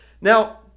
Now